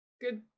good